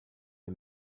you